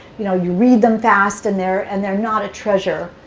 you know you read them fast, and they're and they're not a treasure,